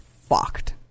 fucked